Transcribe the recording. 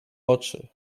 oczy